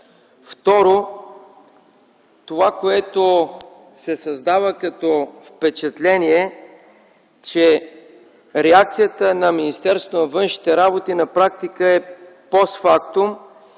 Второ, това, което се създава като впечатление – че реакцията на Министерството на външните работи на практика е постфактум